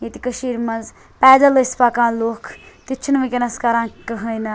ییٚتہِ کٔشیٖر مَنٛز پیدَل ٲسۍ پَکان لُکھ تہِ تہ چھُ نہٕ وِنکیٚنس کَران کٕہٕٕنۍ تہِ